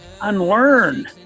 Unlearn